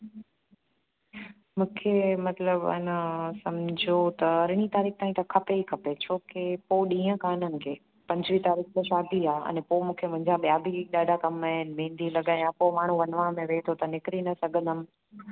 मूंखे मतिलब अञा सम्झो त अरिड़हीं तारीख़ ताईं त खपे ई खपे छो की पोइ ॾींहं कान्हे मूंखे पंजवीह तारीख़ जो शादी आहे अने पोइ मूंखे मुंहिंजा ॿिया बि ॾाढा कम आहिनि मेंहदी लॻायां पोइ माण्हू वनवाह में वेहि थो त निकिरी न सघंदमि